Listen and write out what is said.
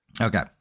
Okay